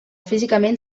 físicament